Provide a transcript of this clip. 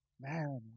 Man